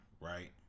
right